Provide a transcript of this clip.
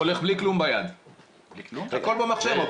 הילד הולך בלי כלום ביד, הכול במחשב.